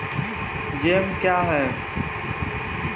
Jam क्या हैं?